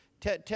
Tell